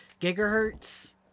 gigahertz